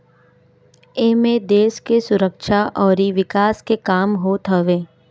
एमे देस के सुरक्षा अउरी विकास के काम होत हवे